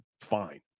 fine